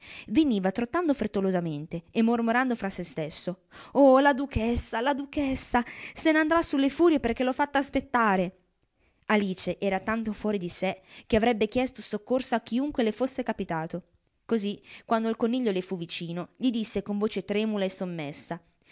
veniva trottando frettolosamente e mormorando fra sè stesso oh la duchessa la duchessa se n'andrà sulle furie perchè l'ho fatta aspettare alice era tanto fuori di sè che avrebbe chiesto soccorso a chiunque le fosse capitato così quando il coniglio le fu vicino gli disse con voce tremula e sommessa